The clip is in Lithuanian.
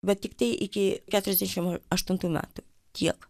bet tiktai iki keturiasdešim aštuntų metų tiek